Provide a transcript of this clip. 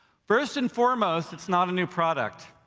first and foremost, it's not a new product.